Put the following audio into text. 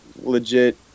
legit